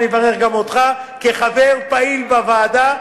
אני אברך גם אותך כחבר פעיל בוועדה.